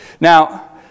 Now